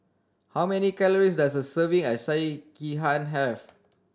how many calories does a serving of Sekihan have